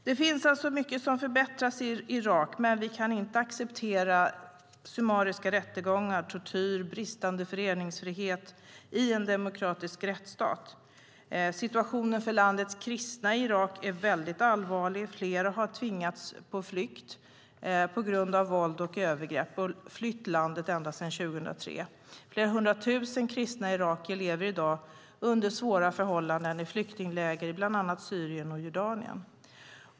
Det finns mycket som har förbättrats i Irak, men vi kan inte acceptera summariska rättegångar, tortyr och bristande föreningsfrihet i en demokratisk rättsstat. Situationen för landets kristna är väldigt allvarlig. Sedan 2003 har många tvingats på flykt på grund av våld och övergrepp. Flera hundratusen kristna irakier lever i dag under svåra förhållanden i flyktingläger i bland annat Syrien och Jordanien.